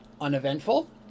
uneventful